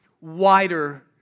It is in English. wider